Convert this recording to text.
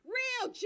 real